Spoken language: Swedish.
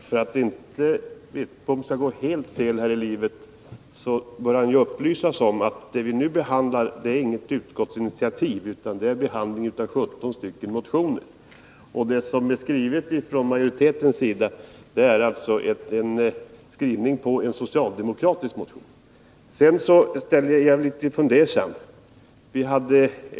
Fru talman! Bengt Wittbom bör upplysas om att vad vi nu behandlar inte är något utskottsinitiativ utan 17 motioner. Majoritetens skrivning gäller alltså bl.a. en socialdemokratisk motion. Sedan är jag litet fundersam.